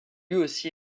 aussi